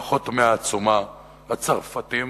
לא חותמי העצומה הצרפתים,